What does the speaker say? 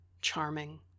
Charming